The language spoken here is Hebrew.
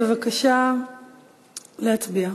בבקשה להצביע.